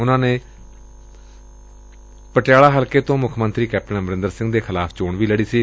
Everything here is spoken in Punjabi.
ਉਨੂਾ ਨੇ ਪਟਿਆਲਾ ਹਲਕੇ ਤੋਂ ਮੁੱਖ ਮੰਤਰੀ ਕੈਪਟਨ ਅਮਰਿੰਦਰ ਸਿੰਘ ਦੇ ਖਿਲਾਫ਼ ਚੋਣ ਲੜੀ ਸੀ